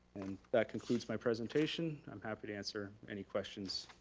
that concludes my presentation. i'm happy to answer any questions